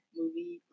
movie